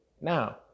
Now